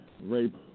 rape